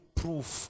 proof